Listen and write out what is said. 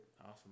Awesome